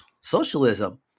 socialism